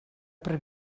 per